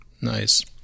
Nice